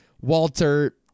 Walter